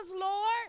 Lord